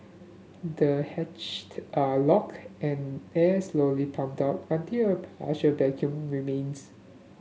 the hatched are locked and air is slowly pumped out until a partial vacuum remains